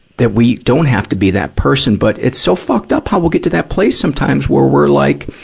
that we don't have to be that person. but it's so fucked up how we'll get to that place sometimes, where we're like,